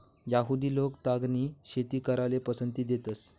यहुदि लोक तागनी शेती कराले पसंती देतंस